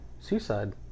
Seaside